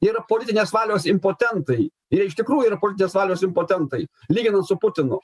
yra politinės valios impotentai jie iš tikrųjų yra politinės valios impotentai lyginant su putinu